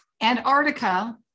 Antarctica